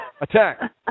attack